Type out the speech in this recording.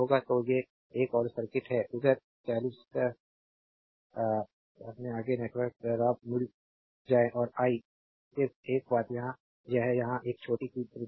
तो ये एक और सर्किट है कि फिगर ५० में आगे नेटवर्क राब मिल जाए और आई सिर्फ एक बात यहां एक यहां एक छोटी सी त्रुटि है